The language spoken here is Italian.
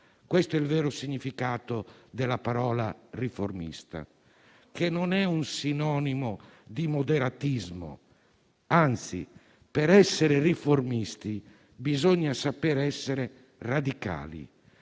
Questo è il vero significato della parola «riformista», che non è un sinonimo di moderatismo; anzi, per essere riformisti bisogna sapere essere radicali.